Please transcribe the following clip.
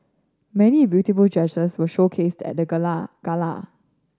many beautiful dresses were showcased at the gala gala